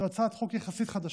זאת הצעת חוק יחסית חדשה,